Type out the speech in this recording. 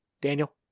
Daniel